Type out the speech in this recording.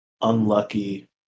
unlucky